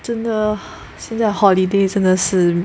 真的 现在 holidays 真的是